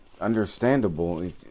understandable